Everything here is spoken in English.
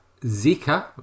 Zika